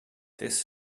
this